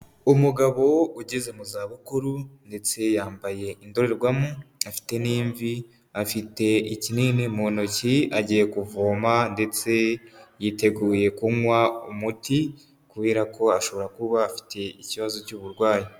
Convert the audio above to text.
Umugabo ugeze mu zabukuru, ndetse yambaye indorerwamo, afite n'imvi, afite ikinini mu ntoki, agiye kuvoma ndetse yiteguye kunywa umuti, kubera ko ashobora kuba afite ikibazo cy'uburwayi.